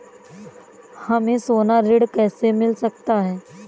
हमें सोना ऋण कैसे मिल सकता है?